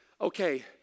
okay